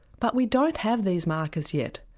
but we don't have these markers yet,